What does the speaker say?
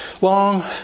long